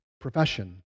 profession